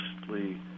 mostly